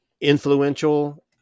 influential